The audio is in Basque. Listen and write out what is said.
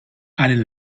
haren